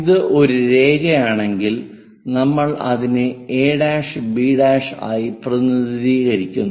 ഇത് ഒരു രേഖയാണെങ്കിൽ നമ്മൾ അതിനെ a' b' ആയി പ്രതിനിധീകരിക്കുന്നു